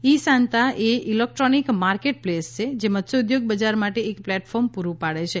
ઇ Santa એ electronic marketplace છે જે મત્સ્યોદ્યોગ બજાર માટે એક પ્લેટફોર્મ પૂરું પાડે છે